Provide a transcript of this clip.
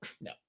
No